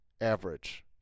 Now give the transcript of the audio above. average